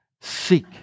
seek